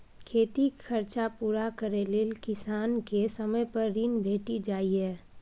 खेतीक खरचा पुरा करय लेल किसान केँ समय पर ऋण भेटि जाइए